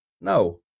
No